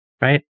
right